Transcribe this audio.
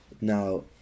Now